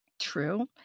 True